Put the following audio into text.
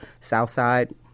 Southside